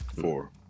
Four